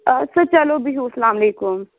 آد سا چلو بِہِو السلام علیکُم